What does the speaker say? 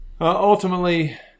ultimately